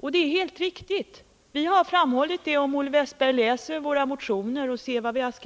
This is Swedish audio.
och det är helt riktigt. Vi har framhållit detta, vilket framgår av våra motioner.